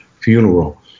funeral